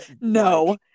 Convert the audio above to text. No